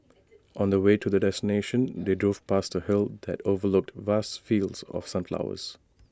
on the way to their destination they drove past A hill that overlooked vast fields of sunflowers